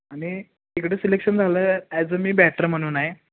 आणि तिकडे सिलेक्शन झालं ॲज अ मी बॅटर म्हणून आहे